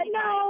no